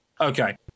okay